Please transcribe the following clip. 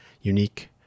unique